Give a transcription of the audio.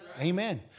Amen